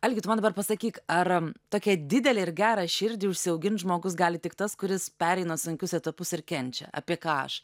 algi tu man dabar pasakyk ar tokią didelę ir gerą širdį užsiaugint žmogus gali tik tas kuris pereina sunkius etapus ir kenčia apie ką aš